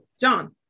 John